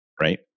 right